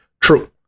True